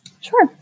Sure